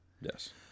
Yes